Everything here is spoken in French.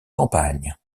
campagne